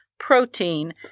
protein